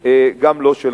גם לא שלך.